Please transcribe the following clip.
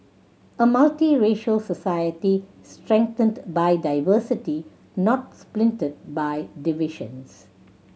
a multiracial society strengthened by diversity not splintered by divisions